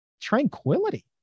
tranquility